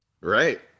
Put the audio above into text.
right